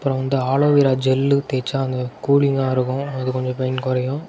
அப்புறம் வந்து aloe vera gel தேய்ச்சா அந்த கூலிங்காக இருக்கும் அது கொஞ்சம் பெயின் குறையும்